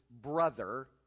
brother